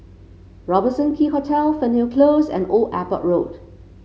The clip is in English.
Robertson Quay Hotel Fernhill Close and Old Airport Road